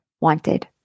wanted